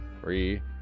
Three